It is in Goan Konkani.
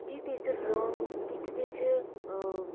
कितें तेचो रंग कितें तेचें